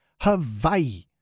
Hawaii